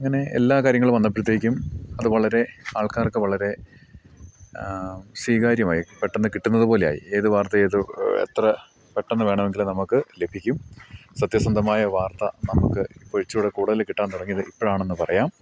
അങ്ങനെ എല്ലാ കാര്യങ്ങളും വന്നപ്പോഴത്തേക്കും അത് വളരെ ആൾക്കാർക്ക് വളരെ സ്വീകാര്യമായി പെട്ടെന്ന് കിട്ടുന്നതുപോലെയായി ഏത് വാർത്ത ഏത് എത്ര പെട്ടെന്ന് വേണമെങ്കിലും നമുക്ക് ലഭിക്കും സത്യസന്ധമായ വാർത്ത നമുക്ക് ഇപ്പം ഇഴിച്ചുകൂടെ കൂടുതൽ കിട്ടാൻ തുടങ്ങിയത് ഇപ്പോഴാണെന്ന് പറയാം